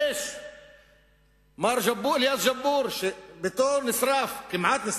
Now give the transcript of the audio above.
מר אליאס ג'אבור, שביתו כמעט נשרף,